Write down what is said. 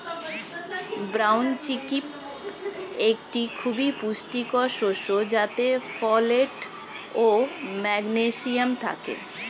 brown chickpea একটি খুবই পুষ্টিকর শস্য যাতে ফোলেট ও ম্যাগনেসিয়াম থাকে